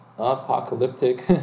apocalyptic